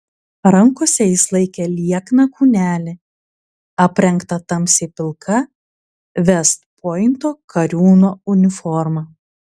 rankose jis laikė liekną kūnelį aprengtą tamsiai pilka vest pointo kariūno uniforma